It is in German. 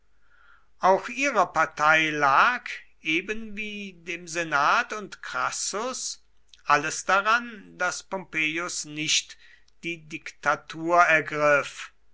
auch ihrer partei lag ebenwie dem senat und crassus alles daran daß pompeius nicht die diktatur ergriff